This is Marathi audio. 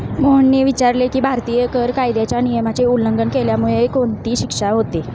मोहनने विचारले की, भारतीय कर कायद्याच्या नियमाचे उल्लंघन केल्यामुळे कोणती शिक्षा होते?